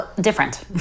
different